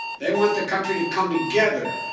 they want the country to come together,